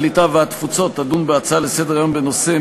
הקליטה והתפוצות תדון בהצעות לסדר-היום בנושא: